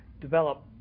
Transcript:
develop